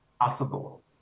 possible